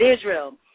Israel